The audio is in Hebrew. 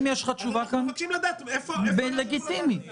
אנחנו מבקשים לדעת איפה שיקול הדעת הזה.